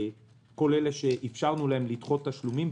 כל אלה שאפשרנו להם לדחות תשלומים,